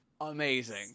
Amazing